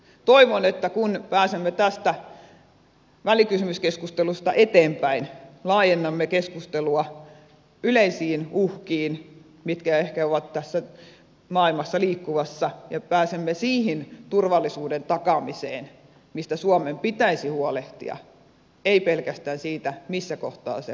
toivon että kun pääsemme tästä välikysymyskeskustelusta eteenpäin laajennamme keskustelua yleisiin uhkiin mitkä ehkä ovat tässä maailmassa liikkumassa ja pääsemme siihen turvallisuuden takaamiseen mistä suomen pitäisi huolehtia ei pelkästään siitä missä kohtaa se varuskunta sijaitsee